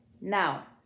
now